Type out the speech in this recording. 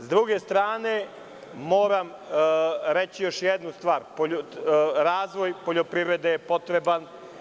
S druge strane, moram reći još jednu stvar, razvoj poljoprivrede je potreban.